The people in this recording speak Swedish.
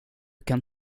kan